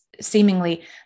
seemingly